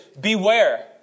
beware